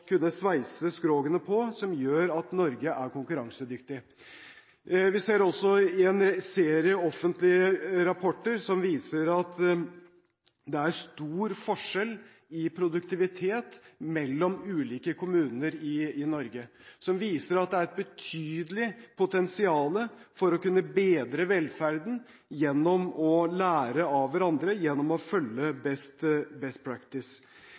sveise skrogene på, som gjør at Norge er konkurransedyktig. Vi ser også at det er en serie offentlige rapporter som viser at det er stor forskjell i produktivitet hos ulike kommuner i Norge – som viser at det er et betydelig potensial for å kunne bedre velferden gjennom å lære av hverandre, gjennom å følge